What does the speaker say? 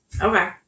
Okay